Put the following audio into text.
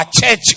church